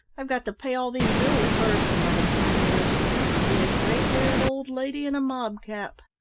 i've got to pay all these bills first, and by the time they are settled i'll be a grey-haired old lady in a mob cap.